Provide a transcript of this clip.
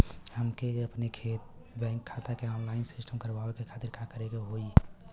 हमके अपने बैंक खाता के ऑनलाइन सिस्टम करवावे के खातिर का करे के होई?